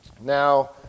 Now